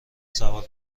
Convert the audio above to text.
سوار